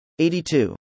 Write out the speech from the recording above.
82